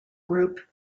group